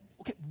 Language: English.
Okay